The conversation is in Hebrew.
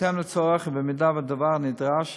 בהתאם לצורך ובמידה שהדבר נדרש,